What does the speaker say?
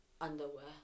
Underwear